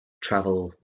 travel